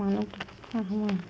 मानो फाहामा